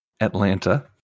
atlanta